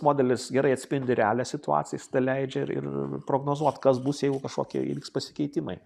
modelis gerai atspindi realią situaciją jis leidžia ir ir prognozuot kas bus jeigu kažkokie įvyks pasikeitimai